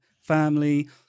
family